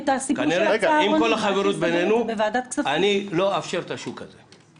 עם כל החברות בינינו, אני לא אאפשר את השוק הזה.